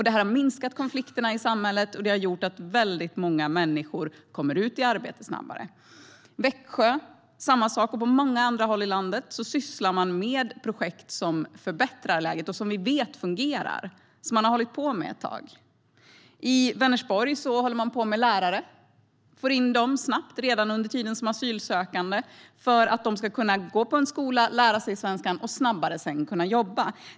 Det har minskat konflikterna i samhället och gjort att väldigt många människor kommer ut i arbete snabbare. I Växjö är det samma sak, och på många andra håll i landet sysslar man med projekt som förbättrar läget och som vi vet fungerar, som man har hållit på med ett tag. I Vänersborg håller man på med lärare. Man för in dem snabbt redan under tiden som asylsökande för att de ska kunna gå på en skola, lära sig svenska och snabbare kunna jobba sedan.